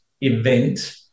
event